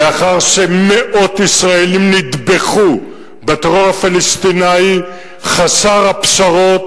לאחר שמאות ישראלים נטבחו בטרור הפלסטיני חסר הפשרות,